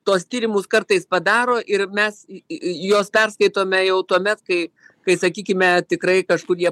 tuos tyrimus kartais padaro ir mes į juos perskaitome jau tuomet kai kai sakykime tikrai kažkokie